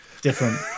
Different